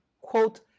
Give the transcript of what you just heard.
quote